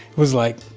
was like,